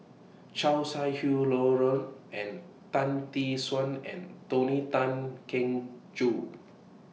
Chow Sau Hai and Tan Tee Suan and Tony Tan Keng Joo